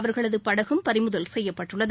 அவர்களதுபடகும் பறிமுதல் செய்யப்பட்டுள்ளது